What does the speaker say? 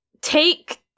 Take